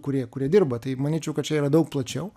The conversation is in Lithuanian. kurie kurie dirba tai manyčiau kad čia yra daug plačiau